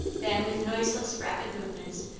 then, with noiseless, rapid movements,